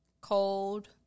cold